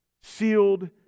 Sealed